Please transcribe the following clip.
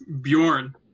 Bjorn